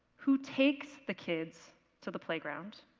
who takes the kids to the playground?